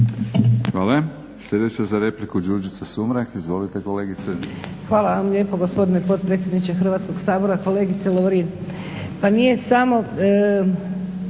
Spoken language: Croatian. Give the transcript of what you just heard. Hvala. Sljedeća za repliku Đurđica Sumrak. Izvolite kolegice. **Sumrak, Đurđica (HDZ)** Hvala vam lijepo, gospodine potpredsjedniče Hrvatski sabora. Kolegice Lovrin, pa nije samo